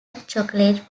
chocolate